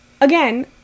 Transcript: again